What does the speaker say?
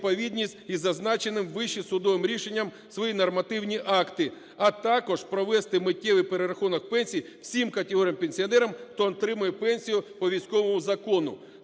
із зазначеним вище судовим рішенням свої нормативні акти, а також провести миттєвий перерахунок пенсій всім категоріям пенсіонерів, хто отримує пенсію по військовому закону.